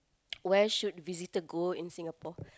where should visitor go in Singapore